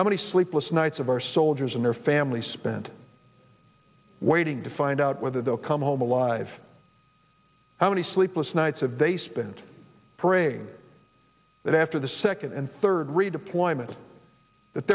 how many sleepless nights of our soldiers and their families spent waiting to find out whether they'll come home alive how many sleepless nights have they spent praying that after the second and third redeployment